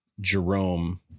Jerome